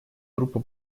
группа